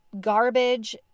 garbage